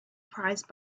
prized